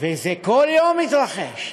וזה כל יום מתרחש.